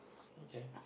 okay